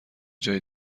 جایی